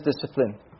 discipline